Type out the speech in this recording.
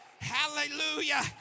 Hallelujah